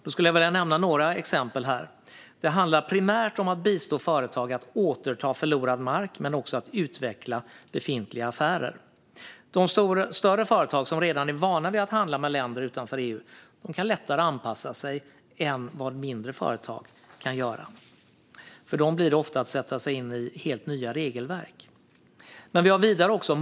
Jag skulle vilja nämna några exempel. Det handlar primärt om att bistå företag att återta förlorad mark men också att utveckla befintliga affärer. De större företag som redan är vana vid att handla med länder utanför EU kan anpassa sig lättare än mindre företag kan. De måste ofta sätta sig in i helt nya regelverk.